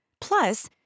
Plus